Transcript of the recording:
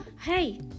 Hey